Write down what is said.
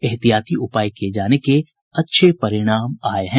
एहतियाती उपाय किये जाने से अच्छे परिणाम आए हैं